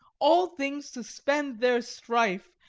all things suspend their strife,